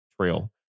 trail